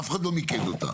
אף אחד לא מיקד אותה.